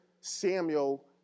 Samuel